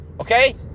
Okay